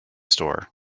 store